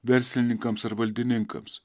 verslininkams ar valdininkams